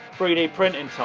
three d printing time!